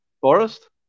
Forest